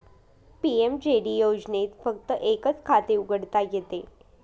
PMJD योजनेत फक्त एकच खाते उघडता येते